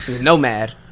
Nomad